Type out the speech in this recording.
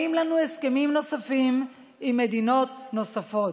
לנו הסכמים נוספים עם מדינות נוספות.